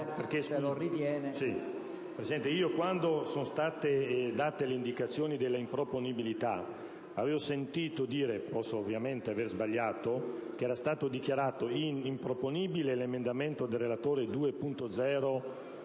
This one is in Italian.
Presidente, quando sono state dichiarate le improponibilità, avevo sentito dire - posso ovviamente aver sbagliato - che era stato dichiarato improponibile l'emendamento del relatore